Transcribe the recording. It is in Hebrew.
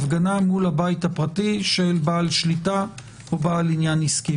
הפגנה מול הבית הפרטי של בעל שליטה או בעל עניין עסקי.